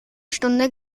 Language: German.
stunde